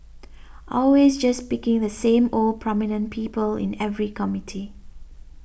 always just picking the same old prominent people in every committee